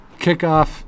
kickoff